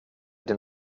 den